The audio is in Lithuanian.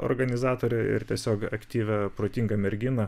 organizatorę ir tiesiog aktyvią protingą merginą